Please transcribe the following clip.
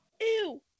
Ew